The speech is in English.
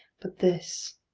but this,